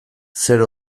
zer